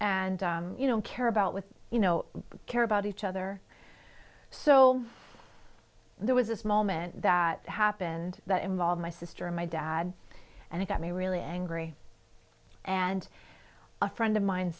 and you know care about with you know care about each other so there was this moment that happened that involved my sister and my dad and it got me really angry and a friend of mine